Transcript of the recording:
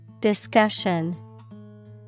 Discussion